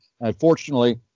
Unfortunately